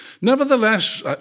Nevertheless